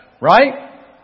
right